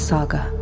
Saga